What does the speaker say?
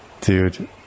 Dude